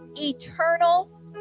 Eternal